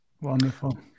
Wonderful